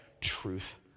truth